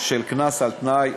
של קנס על-תנאי,